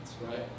right